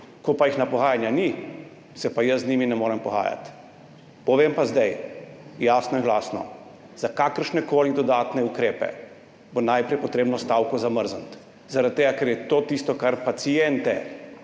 ko jih na pogajanja ni, se pa jaz z njimi ne morem pogajati. Povem pa zdaj jasno in glasno, za kakršnekoli dodatne ukrepe bo najprej potrebno stavko zamrzniti. Zaradi tega ker je to tisto, kar paciente